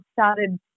started